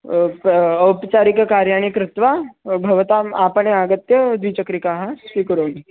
औपा औपचारिककार्याणि कृत्वा भवताम् आपणे आगत्य द्विचक्रिकाः स्वीकरोमि